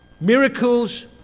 miracles